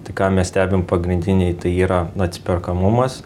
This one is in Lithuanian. tai ką mes stebim pagrindiniai tai yra atsiperkamumas